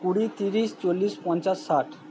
কুড়ি তিরিশ চল্লিশ পঞ্চাশ ষাট